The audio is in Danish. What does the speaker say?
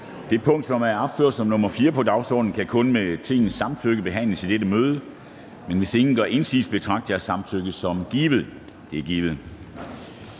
Det punkt, som er opført som nr. 4 på dagsordenen, kan kun med Tingets samtykke behandles i dette møde. Men hvis ingen gør indsigelse, betragter jeg samtykket som givet. Det er givet.